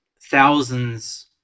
thousands